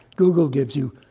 google gives you